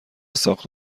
ساخت